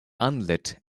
unlit